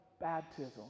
baptism